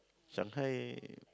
Shanghai